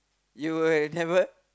you will never